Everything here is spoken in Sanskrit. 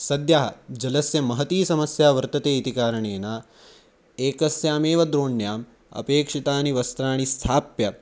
सद्यः जलस्य महती समस्या वर्तते इति कारणेन एकस्यामेव द्रोण्याम् अपेक्षितानि वस्त्राणि स्थाप्य